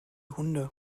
hunde